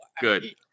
good